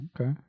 Okay